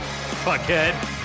fuckhead